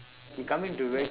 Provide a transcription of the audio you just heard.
he coming direct